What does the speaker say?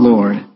Lord